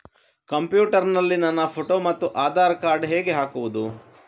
Computer ನಲ್ಲಿ ನನ್ನ photo ಮತ್ತು ಆಧಾರ್ ಕಾರ್ಡ್ ಹೇಗೆ ಹಾಕುವುದು?